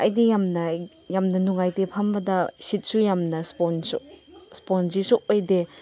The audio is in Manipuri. ꯑꯩꯗꯤ ꯌꯥꯝꯅ ꯌꯥꯝꯅ ꯅꯨꯡꯉꯥꯏꯇꯦ ꯐꯝꯕꯗ ꯁꯤꯠꯁꯨ ꯌꯥꯝꯅ ꯁ꯭ꯄꯣꯟꯖꯤꯁꯨ ꯑꯣꯏꯗꯦ